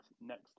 next